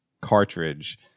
cartridge